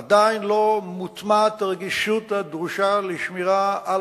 עדיין לא מוטמעת הרגישות הדרושה לשמירה על